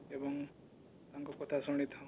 ଏବଂ ତାଙ୍କ କଥା ଶୁଣିଥାଉ